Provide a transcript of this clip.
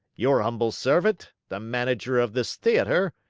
your humble servant, the manager of this theater,